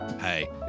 Hey